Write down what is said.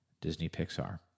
Disney-Pixar